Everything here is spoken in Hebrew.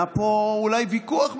היה פה אולי ויכוח בבית.